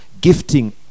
gifting